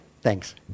Thanks